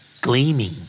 gleaming